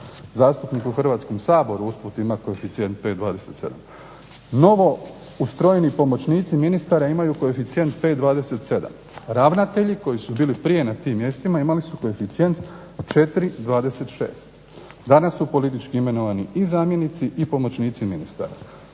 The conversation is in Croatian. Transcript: Zastupnik u Hrvatskom saboru usput ima koeficijent 5,27. Novoustrojeni pomoćnici ministara imaju koeficijent 5,27, ravnatelji koji su bili prije na tim mjestima imali su koeficijent od 4,26. Danas su politički imenovani i zamjenici i pomoćnici ministara.